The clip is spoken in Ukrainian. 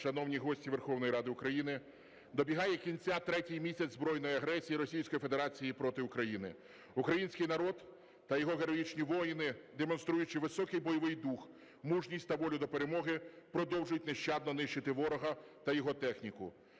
шановні гості Верховної Ради України, добігає кінця третій місяць збройної агресії Російської Федерації проти України. Український народ та його героїчні воїни, демонструючи високий бойовий дух, мужність та волю до перемоги, продовжують нещадно нищити ворога та його техніку.